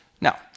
Now